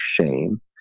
shame